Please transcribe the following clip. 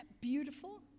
beautiful